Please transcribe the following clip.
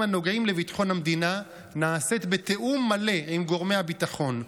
הנוגעים לביטחון המדינה נעשית בתיאום מלא עם גורמי הביטחון.